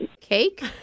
Cake